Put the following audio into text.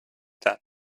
that